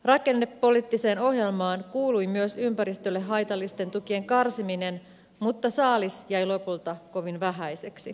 rakennepoliittiseen ohjelmaan kuului myös ympäristölle haitallisten tukien karsiminen mutta saalis jäi lopulta kovin vähäiseksi